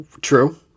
true